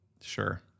Sure